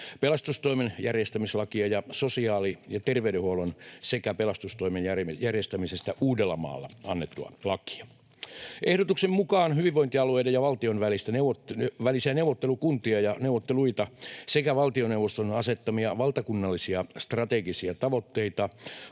pelastustoimen järjestämislakia ja sosiaali‑ ja terveydenhuollon sekä pelastustoimen järjestämisestä Uudellamaalla annettua lakia. Ehdotuksen mukaan hyvinvointialueiden ja valtion välisiä neuvottelukuntia ja neuvotteluita sekä valtioneuvoston asettamia valtakunnallisia strategisia tavoitteita